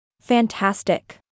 Fantastic